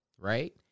right